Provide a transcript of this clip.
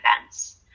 events